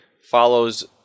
follows